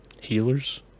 Healers